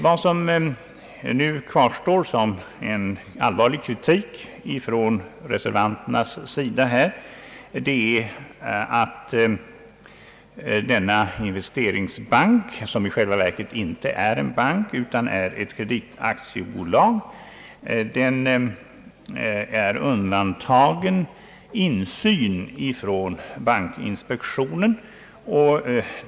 Vad som nu kvarstår som en allvar lig kritik från reservanternas sida är att denna investeringsbank, som i själva verket inte är en bank utan ett kreditaktiebolag, är undantagen insyn ifrån bankinspektionen.